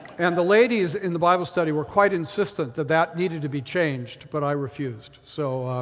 and the ladies in the bible study were quite insistent that that needed to be changed, but i refused. so